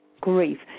grief